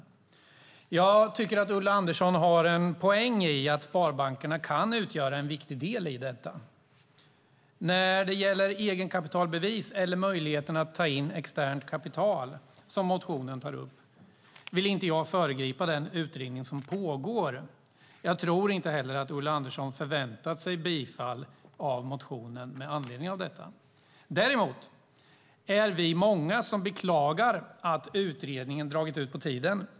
Jag tycker att Ulla Andersson har en poäng i att sparbankerna kan utgöra en viktig del i detta. När det gäller egenkapitalbevis eller möjligheterna att ta in externt kapital, som motionen tar upp, vill jag inte föregripa den utredning som pågår. Jag tror inte heller att Ulla Andersson har förväntat sig bifall av motionen med anledning av detta. Däremot är vi många som beklagar att utredningen dragit ut på tiden.